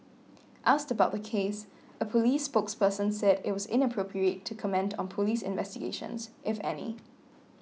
asked about the case a police spokesperson said it was inappropriate to comment on police investigations if any